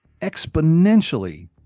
exponentially